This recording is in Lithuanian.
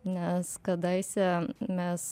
nes kadaise mes